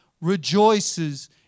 rejoices